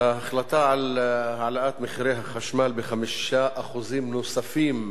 ההחלטה על העלאת מחירי החשמל ב-5% נוספים,